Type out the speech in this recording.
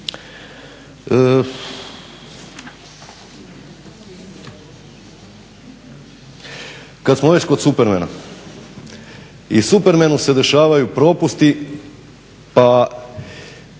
Kada smo već kod Supermena i Supermenu se dešavaju propusti pa